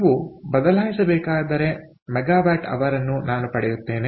ನೀವು ಬದಲಾಯಿಸಬೇಕಾದ MWH ಅನ್ನು ನಾನು ಪಡೆಯುತ್ತೇನೆ